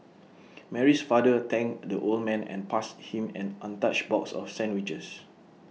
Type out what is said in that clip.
Mary's father thanked the old man and passed him an untouched box of sandwiches